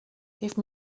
give